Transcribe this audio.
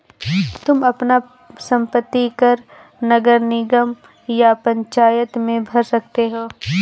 तुम अपना संपत्ति कर नगर निगम या पंचायत में भर सकते हो